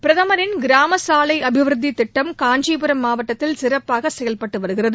பிரதமரின் கிராம சாலை அபிவிருத்தி திட்டம் காஞ்சிபுரம் மாவட்டத்தில் சிறப்பாக செயல்பட்டு வருகிறது